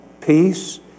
peace